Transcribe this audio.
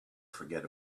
forget